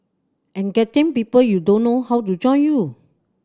and getting people you don't know how to join you